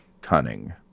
cunning